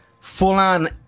full-on